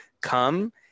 come